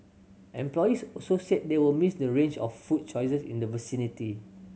employees also said they will miss the range of food choices in the vicinity